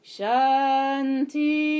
Shanti